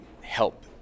help